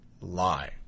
lie